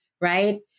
Right